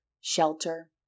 shelter